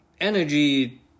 Energy